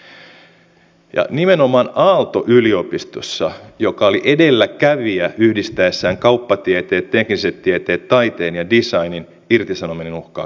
täällä on puhuttu viennin edistämisestä kohdemaina venäjä kiina intia mutta monet maat näkevät afrikan nousun valtavana potentiaalina